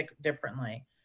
differently